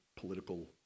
political